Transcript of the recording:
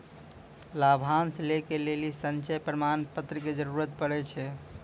लाभांश लै के लेली संचय प्रमाण पत्र के जरूरत पड़ै छै